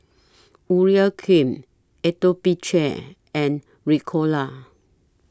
Urea Cream Atopiclair and Ricola